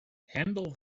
handle